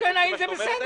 לפי מה שאת אומרת,